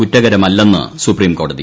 കുറ്റകരമല്ലെന്ന് സുപ്രീംകോടതി